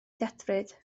ddedfryd